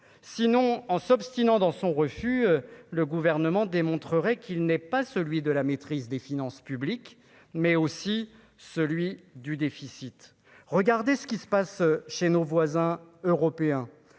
sinon en s'obstinant dans son refus le gouvernement démontrerait qu'il n'est pas celui de la maîtrise des finances publiques, mais aussi celui du déficit, regardez ce qui se passe chez nos voisins européens,